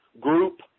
group